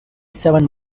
seven